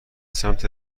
سمت